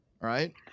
right